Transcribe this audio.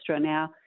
now